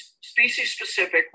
species-specific